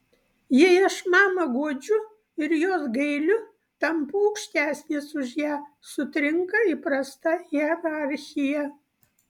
jei aš mamą guodžiu ir jos gailiu tampu aukštesnis už ją sutrinka įprasta hierarchija